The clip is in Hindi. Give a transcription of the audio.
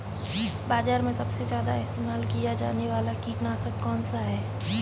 बाज़ार में सबसे ज़्यादा इस्तेमाल किया जाने वाला कीटनाशक कौनसा है?